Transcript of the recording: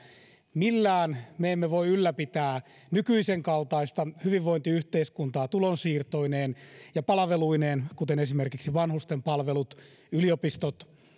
millään me emme voi ylläpitää nykyisen kaltaista hyvinvointiyhteiskuntaa tulonsiirtoineen ja palveluineen kuten esimerkiksi vanhustenpalvelut yliopistot